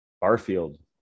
Barfield